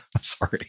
sorry